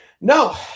No